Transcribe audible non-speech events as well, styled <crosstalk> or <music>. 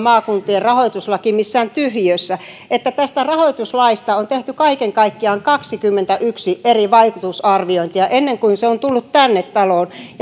<unintelligible> maakuntien rahoituslaki ole syntynyt missään tyhjiössä tästä rahoituslaista on tehty kaiken kaikkiaan kaksikymmentäyksi eri vaikutusarviointia ennen kuin se on tullut tähän taloon